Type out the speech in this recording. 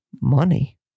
Money